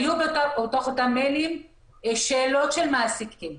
היו בתוך אותם מיילים שאלות של מעסיקים.